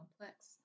complex